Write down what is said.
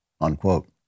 unquote